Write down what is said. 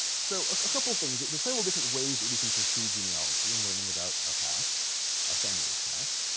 so a couple things there's several different ways that we can pursue genealogy and learning about our past our family's past